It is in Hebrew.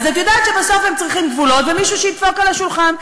אז את יודעת שבסוף הם צריכים גבולות ומישהו שידפוק על השולחן.